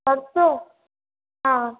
परसों हाँ